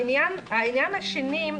העניין השני,